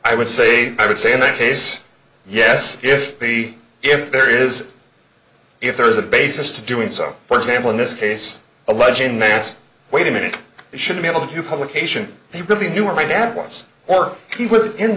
i would say i would say in that case yes if the if there is if there is a basis to doing so for example in this case alleging met wait a minute we should be able to publication he really knew where my dad was or he was in